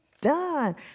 done